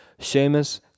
Seamus